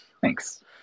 Thanks